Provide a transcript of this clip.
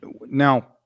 Now